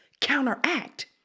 counteract